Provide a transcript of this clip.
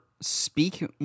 speak